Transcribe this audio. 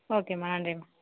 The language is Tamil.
ஓகே மா நன்றி மா